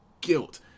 guilt